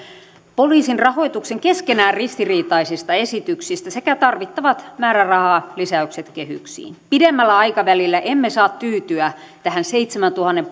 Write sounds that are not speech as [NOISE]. poliisin rahoituksen keskenään ristiriitaisista esityksistä sekä tarvittavat määrärahalisäykset kehyksiin pidemmällä aikavälillä emme saa tyytyä tähän seitsemäntuhannen [UNINTELLIGIBLE]